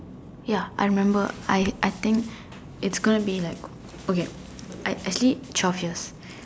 ya I remember I I think it's gonna be like okay actually twelve years